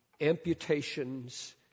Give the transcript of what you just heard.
amputations